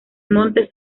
montes